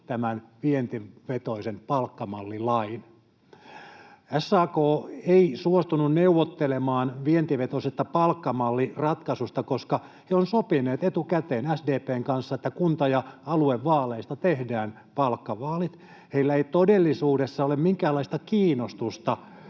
tämän vientivetoisen palkkamallilain. SAK ei suostunut neuvottelemaan vientivetoisesta palkkamalliratkaisusta, koska he olivat sopineet etukäteen SDP:n kanssa, että kunta- ja aluevaaleista tehdään palkkavaalit. Heillä ei todellisuudessa ole minkäänlaista kiinnostusta